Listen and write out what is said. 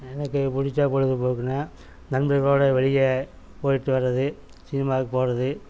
எனக்கு பிடிச்ச பொழுதுபோக்குன்னா நண்பர்களோடு வெளியே போயிட்டு வரது சினிமாக்கு போவது